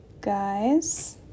guys